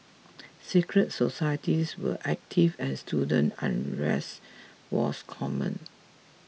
secret societies were active and student unrest was common